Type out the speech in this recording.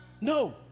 No